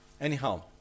Anyhow